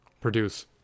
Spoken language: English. produce